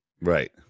Right